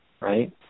Right